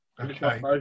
Okay